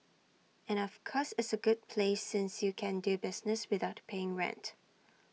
and of course it's A good place since you can do business without paying rent